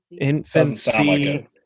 Infancy